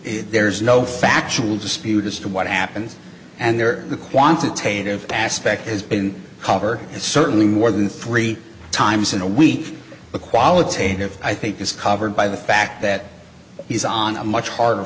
it there's no factual dispute as to what happened and there the quantitative aspect has been cover and certainly more than three times in a week a qualitative i think is covered by the fact that he's on a much harder